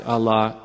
Allah